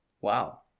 Wow